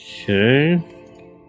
Okay